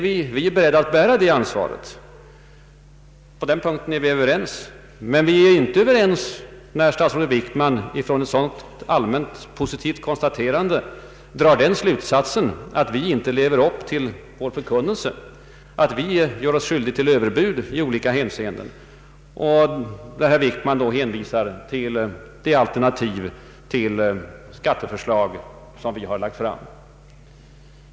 Vi är beredda att bära det ansvaret. På den punkten är vi överens. Men vi är inte överens när statsrådet Wickman från ett sådant allmänt positivt konstaterande drar slutsatsen att oppositionen inte lever upp till sin förkunnelse, att vi gör oss skyldiga till överbud i olika hänseenden, såsom när herr Wickman hänvisar till det alternativ till skatteförslag som vi lagt fram.